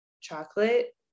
chocolate